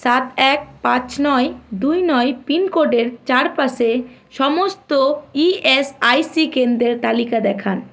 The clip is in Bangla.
সাত এক পাঁচ দুই নয় পিনকোডের চারপাশে সমস্ত ইএসআইসি কেন্দ্রের তালিকা দেখান